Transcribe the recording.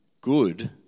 good